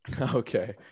Okay